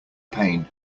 pain